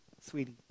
sweetie